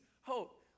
hope